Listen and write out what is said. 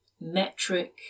metric